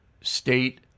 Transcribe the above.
State